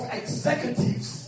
executives